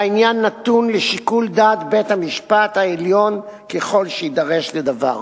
והעניין נתון לשיקול דעת בית-המשפט העליון ככל שיידרש לדבר.